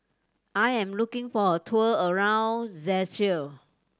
I am looking for a tour around Czechia